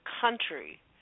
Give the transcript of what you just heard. country